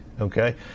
okay